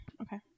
okay